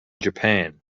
japan